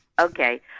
Okay